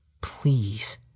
Please